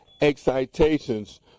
excitations